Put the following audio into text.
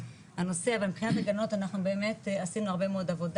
אנחנו באמת עשינו באמת עשינו הרבה מאוד עבודה